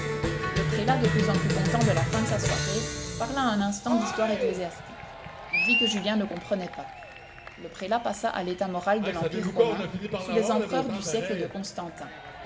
le prélat de plus en plus content de la fin de sa soirée parla un instant d'histoire ecclésiastique il vit que julien ne comprenait pas le prélat passa à l'état moral de l'empire romain sous les empereurs du siècle de constantin